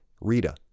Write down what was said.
Rita